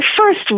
first